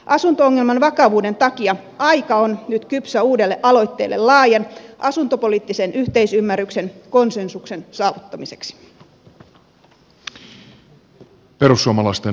asunto ongelman vakavuuden takia aika on nyt kypsä uudelle aloitteelle laajan asuntopoliittisen yhteisymmärryksen konsensuksen saavuttamiseksi